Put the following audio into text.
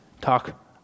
talk